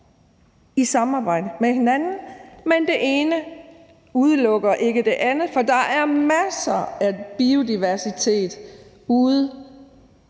i samarbejde med hinanden. Men det ene udelukker ikke det andet, for der er masser af biodiversitet ude